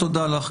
תודה לך,